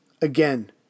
again